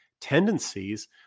tendencies